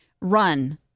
Run